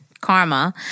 karma